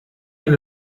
ein